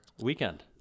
weekend